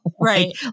right